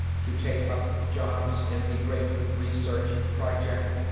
to take up jobs in the great research project,